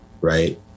right